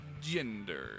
Gender